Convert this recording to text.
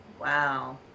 Wow